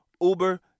Uber